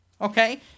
Okay